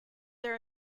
there